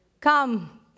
Come